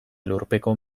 lurpeko